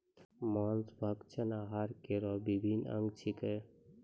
मांस भक्षण आहार केरो अभिन्न अंग छिकै